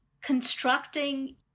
constructing